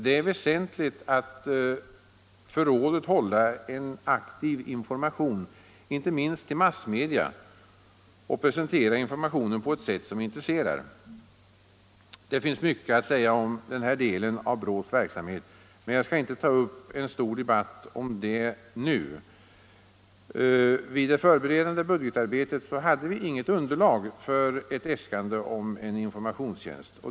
Det är väsentligt för rådet att bedriva en aktiv informationsverksamhet inte minst i förhållande till massmedia och att presentera informationen på ett sätt som intresserar. Det finns mycket att säga om denna del av rådets verksamhet, men jag skall inte ta upp en stor debatt om det nu. Vid det förberedande budgetarbetet fanns det inget underlag för ett äskande om en informationstjänst.